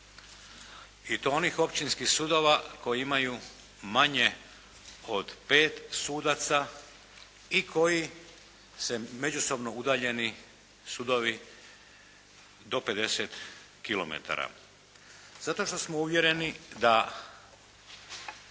I to onih općinskih sudova koji imaju manje od pet sudaca i koji se međusobno udaljeni sudovi do 50 km. Zato što smo uvjereni da,